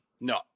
no